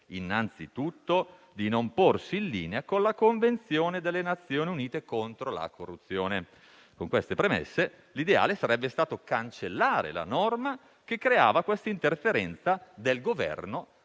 innanzitutto, di non porsi in linea con la Convenzione delle Nazioni unite contro la corruzione. Con queste premesse l'ideale sarebbe stato cancellare la norma che creava questa interferenza del Governo